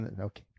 okay